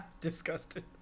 Disgusted